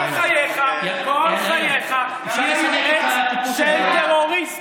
כל חייך, כל חייך תהיה יועץ של טרוריסט.